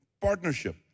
partnership